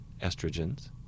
estrogens